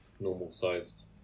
normal-sized